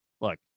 look